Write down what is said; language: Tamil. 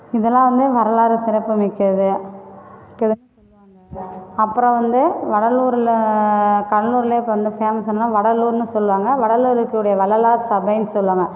இதெலாம் வந்து வரலாறு சிறப்பு மிக்கது அப்புறம் வந்து வடலூரில் கடலூர்லேயே இப்போ வந்து ஃபேமஸ் என்னென்னா வடலூர்ன்னு சொல்வாங்கள் வடலூரில் இருக்கக்கூடிய வள்ளலார் சபைனு சொல்வாங்கள்